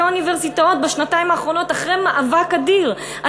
אוניברסיטאות בשנתיים האחרונות אחרי מאבק אדיר.